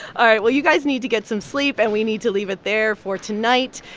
all right. well, you guys need to get some sleep, and we need to leave it there for tonight.